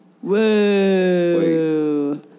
Whoa